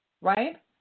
Right